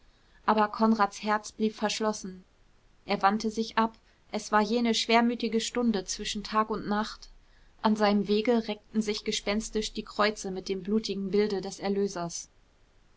aber konrads herz blieb verschlossen er wandte sich ab es war jene schwermütige stunde zwischen tag und nacht an seinem wege reckten sich gespenstisch die kreuze mit dem blutigen bilde des erlösers